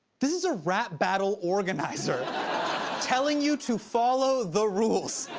this is a rap battle organizer telling you to follow the rules.